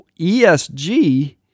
ESG